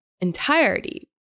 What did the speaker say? entirety